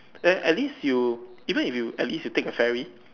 then at least you even if you at least you take a ferry